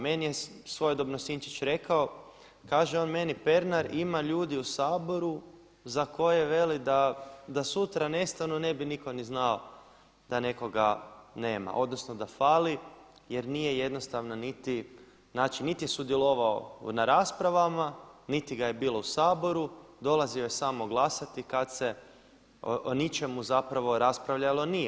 Meni je svojedobno Sinčić rekao, kaže on meni Pernar ima ljudi u Saboru za koje veli da sutra nestanu ne bi nitko ni znao da nekoga nema, odnosno da fali jer nije jednostavno niti sudjelovao na raspravama niti ga je bilo u Saboru, dolazio je samo glasati kad se o ničemu zapravo raspravljalo nije.